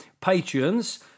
patrons